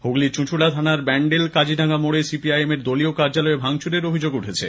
হুগলীর চুঁচুড়া থানার ব্যান্ডেল কাজিডাঙ্গা মোড়ে সিপিআইএম দলীয় কার্যালয়ে ভাঙচুরের অভিযোগ উঠেছে